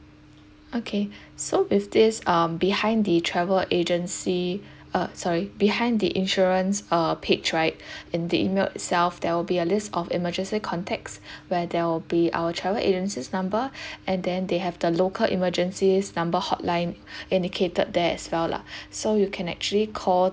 okay so with this um behind the travel agency uh sorry behind the insurance uh page right in the email itself there will be a list of emergency contacts where there will be our travel agency's number and then they have the local emergency's numbers hotline indicated there as well lah so you can actually call